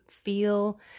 feel